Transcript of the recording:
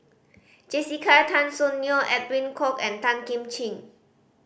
Jessica Tan Soon Neo Edwin Koek and Tan Kim Ching